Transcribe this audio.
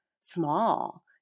small